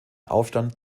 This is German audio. aufstand